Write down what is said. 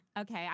Okay